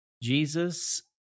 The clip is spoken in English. Jesus